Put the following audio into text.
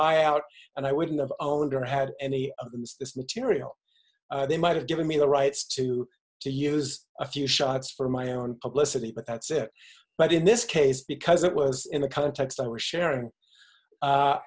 eye out and i wouldn't have owned or had any of this material they might have given me the rights to to use a few shots for my own publicity but that's it but in this case because it was in the context i was sharing